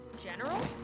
General